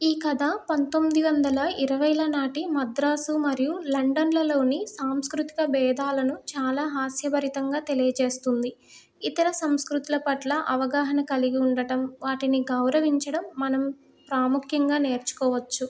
ఈ కథ పంతొమ్మిది వందల ఇరవైల నాటి మద్రాసు మరియు లండన్లలోని సాంస్కృతిక భేదాలను చాలా హాస్యభరితంగా తెలియజేస్తుంది ఇతర సంస్కృతుల పట్ల అవగాహన కలిగి ఉండటం వాటిని గౌరవించడం మనం ప్రాముఖ్యంగా నేర్చుకోవచ్చు